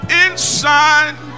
inside